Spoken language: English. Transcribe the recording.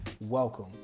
welcome